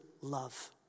love